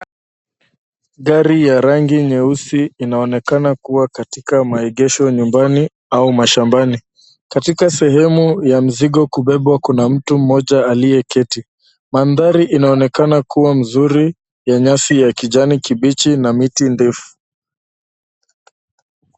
Gari ya rangi nyeusi inaonekana kuwa katika maegesho nyumbani au mashambani ,katika sehemu ya mzigo kubebwa kuna mtu mmoja aliyeketi ,mandhari inaonekana kuwa mzuri nyasi ya kijani kibichi na miti ndefu.